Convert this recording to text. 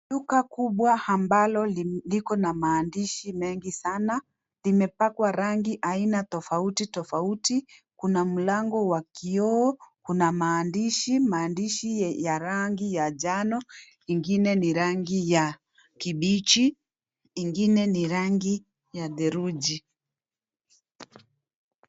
Duka kubwa ambalo liko na maandishi mengi sana. Limepakwa rangi aina tofauti tofauti. Kuna mlango wa kioo, kuna maandishi, maandishi ya rangi ya njano, ingine ni rangi ya kibichi, ingine ni rangi ya theluji.